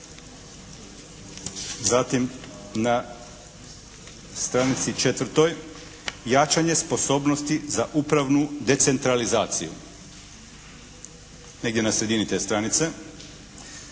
Zatim na stranici 4. jačanje sposobnosti za upravnu decentralizaciju. Negdje na sredini te stranice.